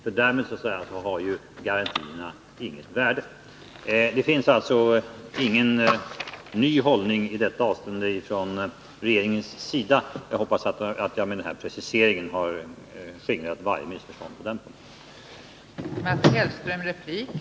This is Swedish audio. I annat fall har ju garantierna inget värde. Regeringen har alltså inte intagit någon ny hållning i detta avseende, och jag hoppas att jag med den här preciseringen har skingrat varje missförstånd på den punkten.